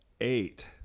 eight